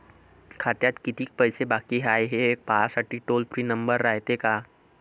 खात्यात कितीक पैसे बाकी हाय, हे पाहासाठी टोल फ्री नंबर रायते का?